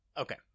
Okay